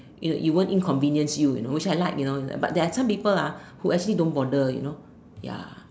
you you it won't inconvenience you you know which I like you know but there are some people ah who actually don't bother you know ya